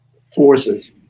forces